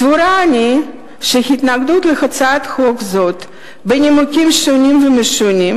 סבורה אני שהתנגדות להצעת חוק זאת בנימוקים שונים ומשונים,